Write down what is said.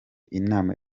inama